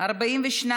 10 נתקבלו.